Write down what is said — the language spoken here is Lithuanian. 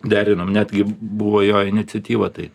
derinom netgi buvo jo iniciatyva tai